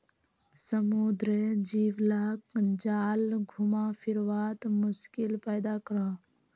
समुद्रेर जीव लाक जाल घुमा फिरवात मुश्किल पैदा करोह